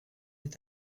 est